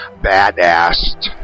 badass